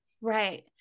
Right